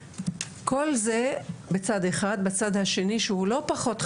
כל זה בצד אחד, בצד השני שהוא לא פחות חשוב,